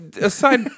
Aside